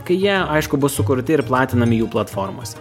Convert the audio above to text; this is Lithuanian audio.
kai jie aišku bus sukurti ir platinami jų platformose